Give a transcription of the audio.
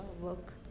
work